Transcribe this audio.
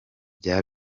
bya